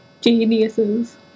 geniuses